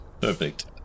Perfect